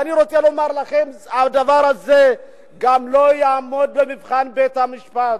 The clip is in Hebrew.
ואני רוצה לומר לכם שהדבר הזה גם לא יעמוד במבחן בית-המשפט.